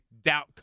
doubt